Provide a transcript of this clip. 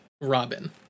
Robin